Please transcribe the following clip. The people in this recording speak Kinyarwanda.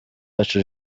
uwacu